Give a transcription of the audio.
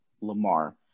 Lamar